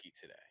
today